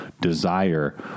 desire